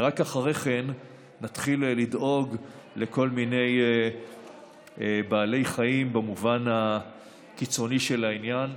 ורק אחרי כן נתחיל לדאוג לכל מיני בעלי חיים במובן הקיצוני של העניין.